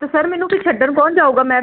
ਤੇ ਸਰ ਮੈਨੂੰ ਵੀ ਛੱਡਣ ਕੌਣ ਜਾਊਗਾ ਮੈਂ